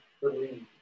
believe